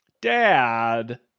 Dad